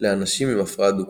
אנשים עם הפרעה דו-קוטבית.